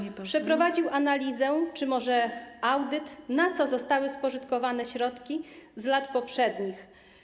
Czy rząd przeprowadził analizę, czy może audyt, na co zostały spożytkowane środki z lat poprzednich?